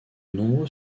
nombreux